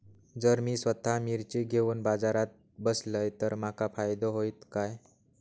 जर मी स्वतः मिर्ची घेवून बाजारात बसलय तर माका फायदो होयत काय?